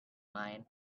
mind